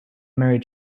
married